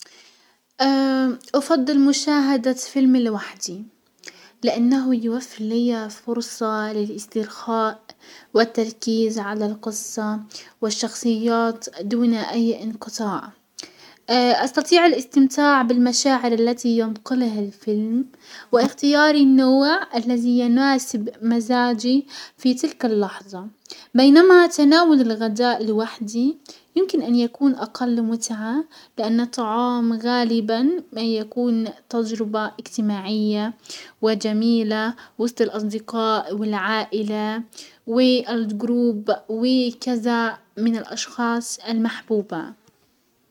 افضل مشاهدة فيلمي لوحدي، لانه يوفر لي فرصة للاسترخاء والتركيز على القصة والشخصيات دون اي انقطاع. استطيع الاستمتاع بالمشاعر التي ينقله الفيلم واختياري النوع الذي يناسب مزاجي في تلك اللحظة بينما تناول الغداء لوحدي يمكن ان يكون اقل متعة لان طعام غالبا ما يكون تجربة اجتماعية وجميلة وسط الاصدقاء والعائلة، والجروب وكزا من الاشخاص المحبوبة.